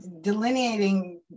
delineating